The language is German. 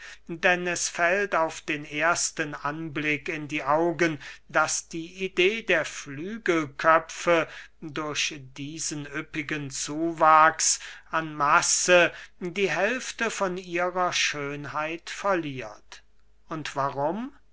es fällt auf den ersten anblick in die augen daß die idee der flügelköpfe durch diesen üppigen zuwachs an masse die hälfte von ihrer schönheit verliert und warum